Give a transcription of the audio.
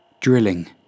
drilling